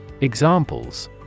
Examples